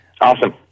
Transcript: Awesome